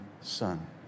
son